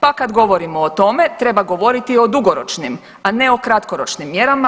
Pa kad govorimo o tome treba govoriti o dugoročnim, a ne o kratkoročnim mjerama.